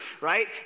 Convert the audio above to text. right